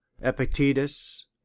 epictetus